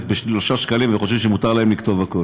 בשלושה שקלים וחושבים שמותר להם לכתוב הכול.